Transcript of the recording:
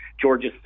Georgia